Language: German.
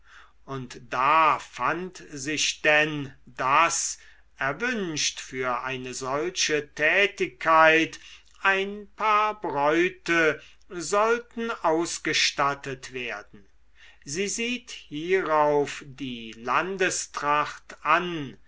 und da fand sich denn daß erwünscht für eine solche tätigkeit ein paar bräute sollten ausgestattet werden sie sieht hierauf die landestracht an